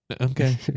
Okay